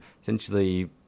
essentially